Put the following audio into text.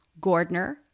Gordner